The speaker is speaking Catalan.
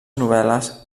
novel·les